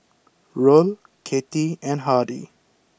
Roll Cathie and Hardy